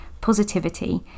positivity